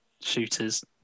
shooters